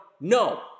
no